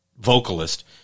vocalist